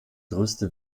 größte